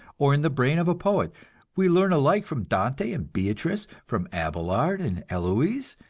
or in the brain of a poet we learn alike from dante and beatrice, from abelard and heloise,